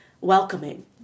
welcoming